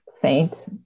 faint